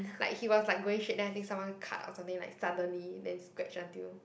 like he was like going straight then someone cut or something like suddenly then scratch until